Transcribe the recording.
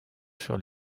sur